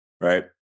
Right